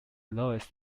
lowest